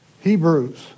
Hebrews